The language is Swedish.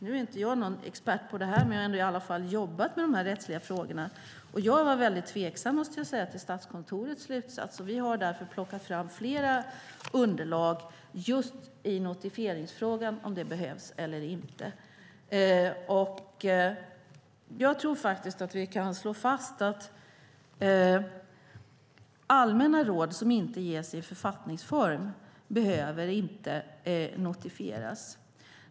Nu är inte jag någon expert på detta, men jag har i alla fall jobbat med de här rättsliga frågorna, och jag var väldigt tveksam till Statskontorets slutsats, måste jag säga. Vi har därför plockat fram flera underlag vad gäller frågan om notifiering behövs eller inte. Vi kan slå fast att allmänna råd som inte ges i författningsform inte behöver notifieras.